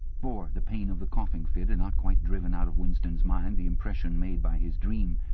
four. the pain of the coughing fit had not quite driven out of winston's mind the impression made by his dream,